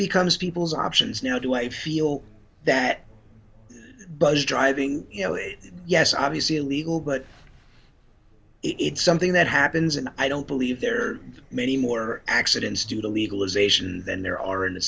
becomes people's options now do i feel that buzz driving you know yes obviously illegal but it's something that happens and i don't believe there are many more accidents due to legalization than there are in the